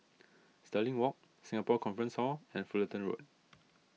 Stirling Walk Singapore Conference Hall and Fullerton Road